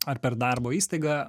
ar per darbo įstaigą